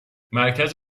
مرکز